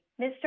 Mr